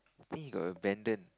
I think he got abandon